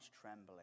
trembling